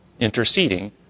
interceding